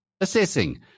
assessing